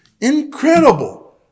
Incredible